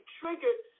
triggered